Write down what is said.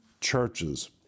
churches